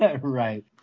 Right